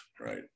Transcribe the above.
right